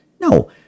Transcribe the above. No